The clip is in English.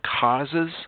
causes